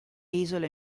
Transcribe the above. isole